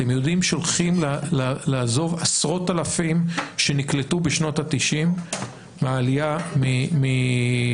אתם יודעים שהולכים לעזוב עשרות אלפים שנקלטו בשנות ה-90 בעלייה מברה"מ,